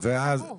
או יותר נמוך.